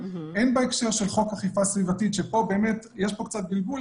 הן בהקשר של חוק אכיפה סביבתית שפה באמת יש קצת בלבול,